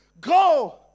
go